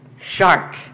Shark